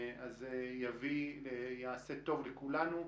אז זה יעשה טוב לכולנו.